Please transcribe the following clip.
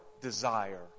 desire